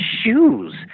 shoes